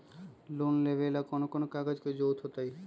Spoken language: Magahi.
लोन लेवेला कौन कौन कागज के जरूरत होतई?